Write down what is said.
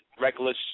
reckless